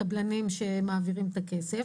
הקבלנים שמעבירים את הכסף.